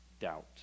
doubt